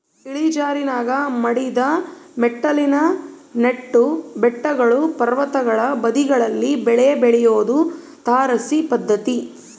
ಇಳಿಜಾರಿನಾಗ ಮಡಿದ ಮೆಟ್ಟಿಲಿನ ನೆಟ್ಟು ಬೆಟ್ಟಗಳು ಪರ್ವತಗಳ ಬದಿಗಳಲ್ಲಿ ಬೆಳೆ ಬೆಳಿಯೋದು ತಾರಸಿ ಪದ್ಧತಿ